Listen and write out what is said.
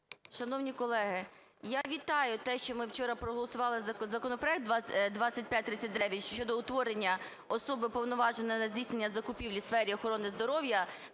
Шановні колеги, я вітаю те, що ми вчора проголосували за законопроект 2539 щодо утворення особи, уповноваженої на здійснення закупівлі у сфері охорони здоров'я,